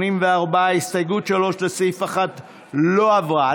84. הסתייגות 3, לסעיף 1, לא עברה.